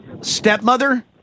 stepmother